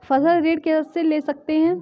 फसल ऋण कैसे ले सकते हैं?